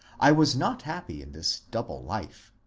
i was not happy in this double life.